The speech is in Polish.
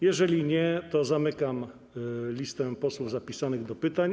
Jeżeli nie, zamykam listę posłów zapisanych do pytań.